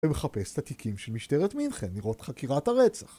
ומחפש תתיקים של משטרת מנכן לראות חקירת הרצח